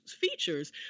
features